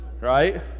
right